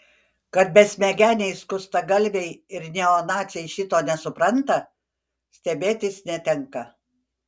kad besmegeniai skustagalviai ir neonaciai šito nesupranta stebėtis netenka